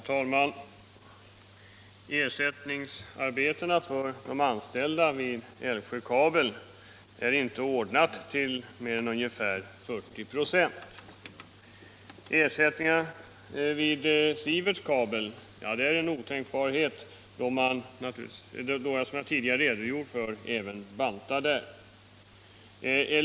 Herr talman! Ersättningsarbetena för de anställda vid Älvsjöanläggningen är inte ordnade till mer än ungefär 40 96. Att bereda ersättningsarbeten för dem vid Sieverts Kabelverk är otänkbart då man, som jag tidigare redogjort för, bantar ned även där.